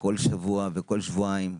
כל שבוע וכל שבועיים,